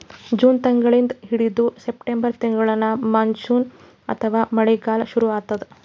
June ತಿಂಗಳಿಂದ್ ಹಿಡದು September ತಿಂಗಳ್ತನಾ ಮಾನ್ಸೂನ್ ಅಥವಾ ಮಳಿಗಾಲ್ ಶುರು ಆತದ್